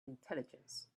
intelligence